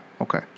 Okay